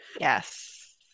yes